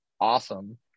awesome